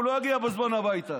הוא לא יגיע בזמן הביתה.